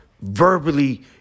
verbally